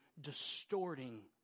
distorting